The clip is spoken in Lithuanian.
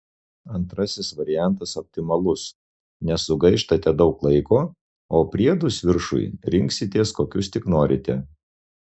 antrasis variantas optimalus nesugaištate daug laiko o priedus viršui rinksitės kokius tik norite